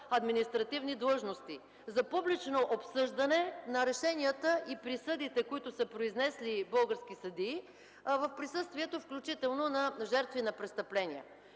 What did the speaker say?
административни длъжности, за публично обсъждане на решенията и присъдите, които са произнесли български съдии в присъствието, включително на жертви на престъпления.